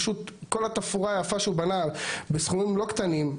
פשוט כל התפאורה היפה שהוא בנה בסכומים לא קטנים,